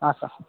ಹಾಂ ಸರ್